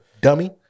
dummy